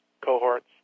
cohorts